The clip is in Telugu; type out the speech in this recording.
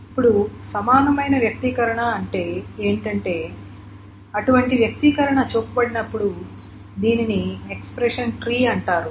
ఇప్పుడు సమానమైన వ్యక్తీకరణ అంటే ఏమిటంటే అటువంటి వ్యక్తీకరణ చూపబడినప్పుడు దీనిని ఎక్సప్రెషన్ ట్రీ అంటారు